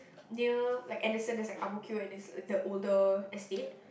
near like Anderson that side Ang-Mo-Kio and this the older estate